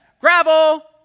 gravel